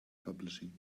publishing